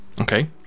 Okay